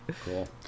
Cool